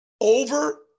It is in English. over